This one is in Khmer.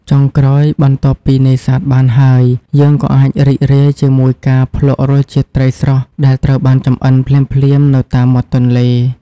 ចុងក្រោយ បន្ទាប់ពីនេសាទបានហើយ យើងក៏អាចរីករាយជាមួយការ ភ្លក្សរសជាតិត្រីស្រស់ ដែលត្រូវបានចម្អិនភ្លាមៗនៅតាមមាត់ទន្លេ។